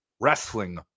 Wrestling